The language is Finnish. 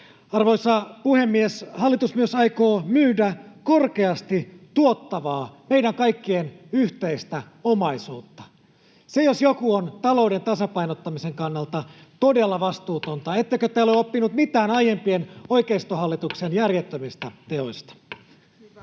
Arvoisa puhemies! Hallitus myös aikoo myydä korkeasti tuottavaa, meidän kaikkien yhteistä omaisuutta. Se jos joku on talouden tasapainottamisen kannalta todella vastuutonta. Ettekö te ole oppineet mitään aiempien oikeistohallitusten järjettömistä teoista?